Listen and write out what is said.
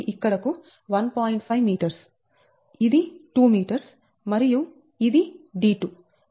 ఇది 2m మరియు ఇది d2